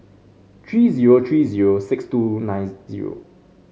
three zero three zero six two nine zero